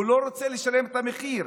הוא לא רוצה לשלם את המחיר.